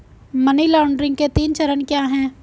Money laundering के तीन चरण क्या हैं?